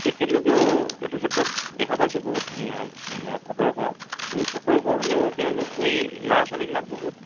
তেখেতলোকেও এইটো ক্ষেত্ৰত দেখা পাইছোঁ বহুত সতৰ্ক কিন্তু সতৰ্ক হ'লেও তেওঁলোকো এই ল'ৰা ছোৱালীবিলাক বহুত